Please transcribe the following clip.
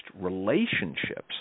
relationships